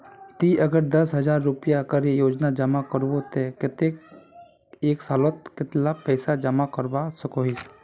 ती अगर दस रुपया करे रोजाना जमा करबो ते कतेक एक सालोत कतेला पैसा जमा करवा सकोहिस?